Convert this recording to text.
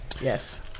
yes